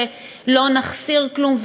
לא נחסיר כלום,